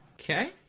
Okay